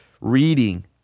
reading